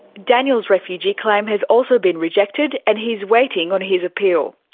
daniel's refugee claim has also been rejected and he's waiting on his appeal.